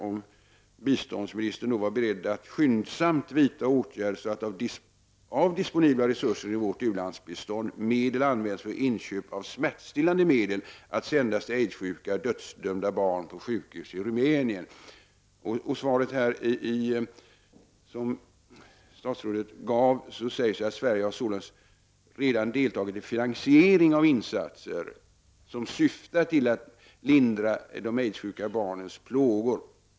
Är biståndsministern beredd — så löd frågan — att skyndsamt vidta åtgärder, så att disponibla resurser av vårt utlandsbistånd används för inköp av smärtstillande medel att sändas till aidssjuka dödsdömda barn på sjukhus i Rumänien? I det svar som statsrådet gav sägs att Sverige således redan har deltagit i finansieringen av insatser, som syftar till att lindra de aidssjuka barnens plågor.